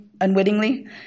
unwittingly